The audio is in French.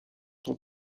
son